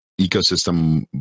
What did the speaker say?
ecosystem